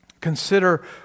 consider